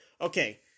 Okay